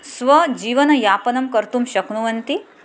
स्वजीवनयापनं कर्तुं शक्नुवन्ति